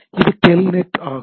இது டெல்நெட் ஆகும்